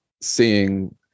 seeing